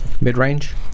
Mid-range